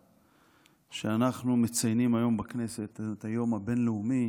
שאנחנו מציינים היום בכנסת את היום הבין-לאומי